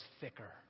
thicker